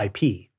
IP